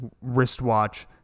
wristwatch